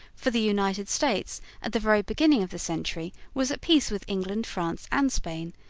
for the united states at the very beginning of the century was at peace with england, france, and spain,